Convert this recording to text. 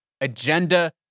agenda